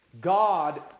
God